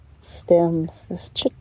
stems